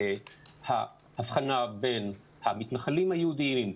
ההבחנה בין המתנחלים היהודים,